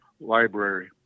library